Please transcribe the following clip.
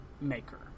maker